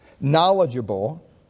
knowledgeable